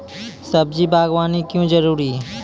सब्जी बागवानी क्यो जरूरी?